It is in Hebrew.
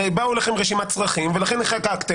הרי באו אליכם עם רשימת צרכים ולכן חוקקתם.